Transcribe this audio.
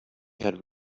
had